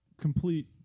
complete